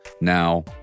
Now